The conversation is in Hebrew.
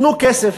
תנו כסף.